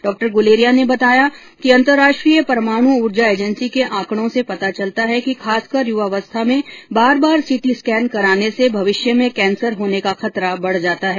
डॉ गुलेरिया ने बताया कि अंतर्राष्ट्रीय परमाणु ऊर्जा एजेंसी के आंकडो से पता चलता है कि खासकर युवावस्था में बार बार सीटी स्कैन कराने से भविष्य में कैंसर होने का खतरा बढ जाता है